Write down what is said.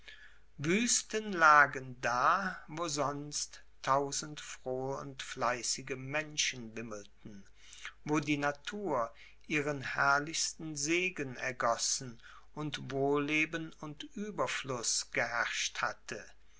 wüsten lagen da wo sonst tausend frohe und fleißige menschen wimmelten wo die natur ihren herrlichsten segen ergossen und wohlleben und ueberfluß geherrscht hatte